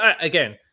again